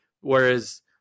Whereas